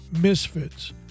misfits